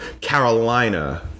Carolina